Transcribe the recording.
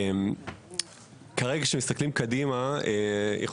כרגע, כשמסתכלים קדימה, יש